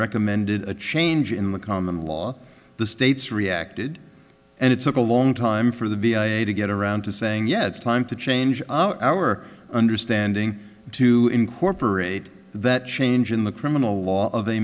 recommended a change in the common law the states reacted and it took a long time for the b i a to get around to saying yes it's time to change our understanding to incorporate that change in the criminal law of a